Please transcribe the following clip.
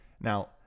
Now